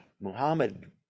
Muhammad